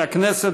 הכנסת,